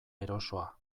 erosoa